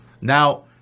now